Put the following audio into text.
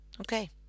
Okay